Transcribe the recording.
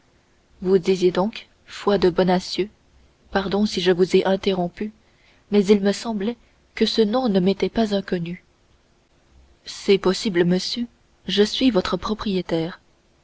vous disiez donc foi de bonacieux pardon si je vous ai interrompu mais il me semblait que ce nom ne m'était pas inconnu c'est possible monsieur je suis votre propriétaire